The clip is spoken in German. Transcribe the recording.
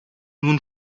nun